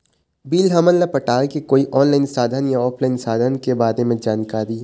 Bill हमन ला पटाए के कोई ऑनलाइन साधन या ऑफलाइन साधन के बारे मे जानकारी?